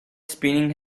spinning